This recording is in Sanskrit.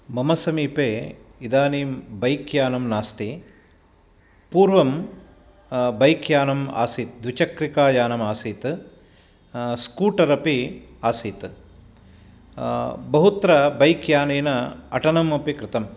मम समीपे इदानीं बैक्यानं नास्ति पूर्वं बैक्यानम् आसीत् द्विचक्रिकायानमासीत् स्कूटर् अपि आसीत् बहुत्र बैक्यानेन अटनमपि कृतम्